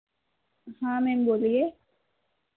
हाँ मैम बोलिए